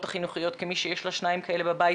החינוכיות וכמי שיש לה שניים כאלה בבית,